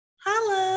Hello